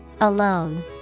Alone